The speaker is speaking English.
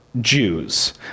Jews